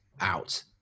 out